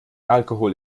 alkohol